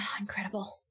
Incredible